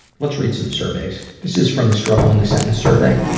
let's read some surveys. this is from the struggle in a sentence survey,